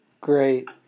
Great